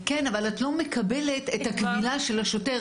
כן, אבל את לא מקבלת את הקבילה של השוטר.